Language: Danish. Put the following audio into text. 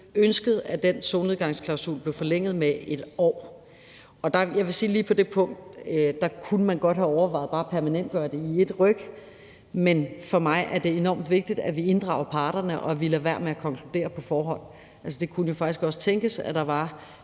ønsket, at den solnedgangsklausul blev forlænget med 1 år. Jeg vil sige, at lige på det punkt kunne man godt have overvejet bare at permanentgøre det i et ryk, men for mig er det enormt vigtigt, at vi inddrager parterne, og at vi lader være med at konkludere på forhånd. Det kunne jo faktisk også tænkes, at der var